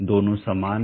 दोनों समान हैं